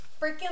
freaking